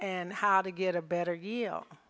and how to get a better yea